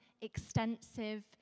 extensive